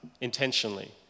intentionally